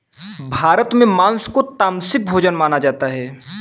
भारत में माँस को तामसिक भोजन माना जाता है